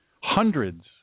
Hundreds